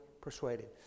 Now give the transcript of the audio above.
persuaded